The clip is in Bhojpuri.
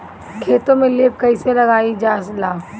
खेतो में लेप कईसे लगाई ल जाला?